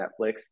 Netflix